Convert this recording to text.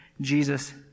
Jesus